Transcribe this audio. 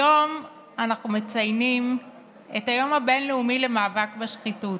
היום אנחנו מציינים את היום הבין-לאומי למאבק בשחיתות,